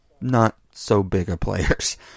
not-so-big-a-players